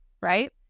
Right